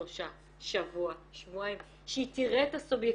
שלושה, שבוע, שבועיים, שהיא תראה את הסובייקטיבי.